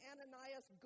Ananias